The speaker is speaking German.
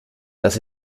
das